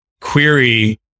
query